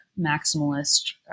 maximalist